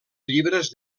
llibres